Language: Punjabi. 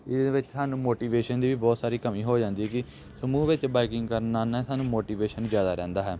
ਇਹਦੇ ਵਿੱਚ ਸਾਨੂੰ ਮੋਟੀਵੇਸ਼ਨ ਦੀ ਵੀ ਬਹੁਤ ਸਾਰੀ ਕਮੀ ਹੋ ਜਾਂਦੀ ਹੈਗੀ ਸਮੂਹ ਵਿੱਚ ਬਾਈਕਿੰਗ ਕਰਨ ਨਾਲ ਨਾ ਸਾਨੂੰ ਮੋਟੀਵੇਸ਼ਨ ਜ਼ਿਆਦਾ ਰਹਿੰਦਾ ਹੈ